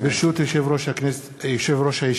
ברשות יושב-ראש הישיבה,